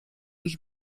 ich